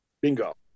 Bingo